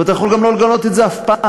ואתה יכול גם שלא לגלות את זה אף פעם.